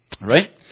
right